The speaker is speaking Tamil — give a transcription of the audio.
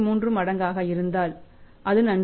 33 மடங்காக இருந்தால் அது நன்று